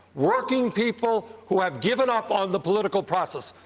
working people who have given up on the political process,